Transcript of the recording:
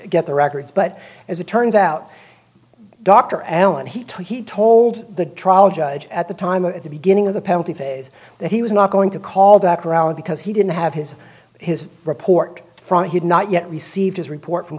get the records but as it turns out dr allen he took he told the trial judge at the time of the beginning of the penalty phase that he was not going to call back around because he didn't have his his report from he had not yet received his report from